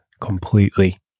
completely